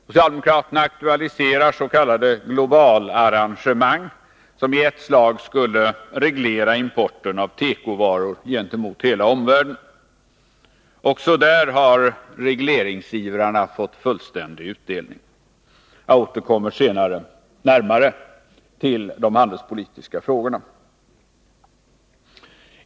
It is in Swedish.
Socialdemokraterna aktualiserar s.k. globalarrangemang, somi ett slag skulle reglera importen av tekovaror gentemot hela omvärlden. Regleringsivrarna har också där fått fullständig utdelning. Jag återkommer närmare till de handelspolitiska frågorna senare.